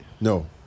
no